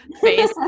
face